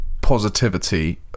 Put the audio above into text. positivity